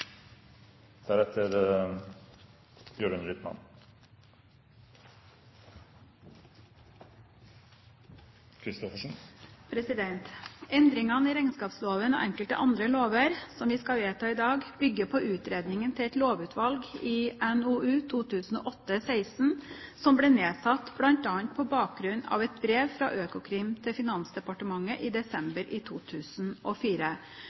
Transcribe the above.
vi skal vedta i dag, bygger på utredningen til et lovutvalg, NOU 2008:16, som ble nedsatt bl.a. på bakgrunn av et brev fra Økokrim til Finansdepartementet i